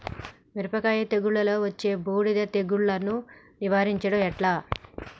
మిరపకాయ తెగుళ్లలో వచ్చే బూడిది తెగుళ్లను నివారించడం ఎట్లా?